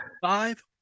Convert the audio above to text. Five